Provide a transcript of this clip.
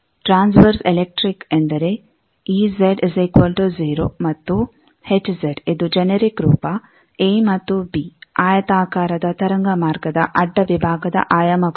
transverse ಎಲೆಕ್ಟ್ರಿಕ್ಎಂದರೆ EZ 0 ಮತ್ತು HZ ಇದು ಜೆನೆರಿಕ್ ರೂಪ aಎ ಮತ್ತು bಬಿ ಆಯತಾಕಾರದ ತರಂಗ ಮಾರ್ಗದ ಅಡ್ಡ ವಿಭಾಗದ ಆಯಾಮಗಳು